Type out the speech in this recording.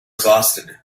exhausted